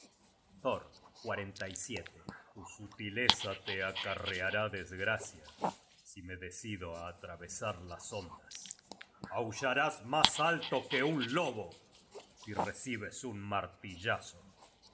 generated at thor tu sutileza te acarreará desgracia si me decido á atravesar las ondas aullarás mas alto que un lobo si recibes un martillazo